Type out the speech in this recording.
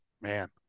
man